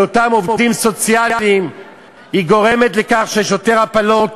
אותם עובדים סוציאליים גורמת לכך שיש יותר הפלות